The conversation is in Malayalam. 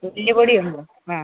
എല്ലുപൊടി അ